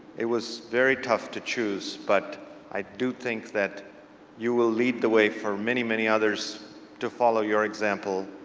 it was very tough to choose, but i do think that you will lead the way for many, many others to follow your example,